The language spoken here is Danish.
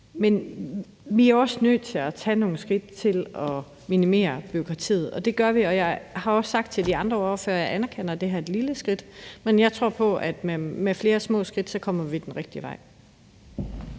Men vi er også nødt til at tage nogle skridt til at minimere bureaukratiet, og det gør vi, og jeg har også sagt til de andre ordførere, at jeg anerkender, at det her er et lille skridt, men jeg tror på, at vi med flere små skridt kommer den rigtige vej.